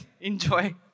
enjoy